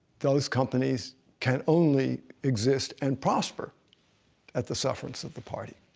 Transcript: those companies can only exist and prosper at the sufferance of the party.